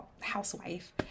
housewife